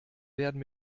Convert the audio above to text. werden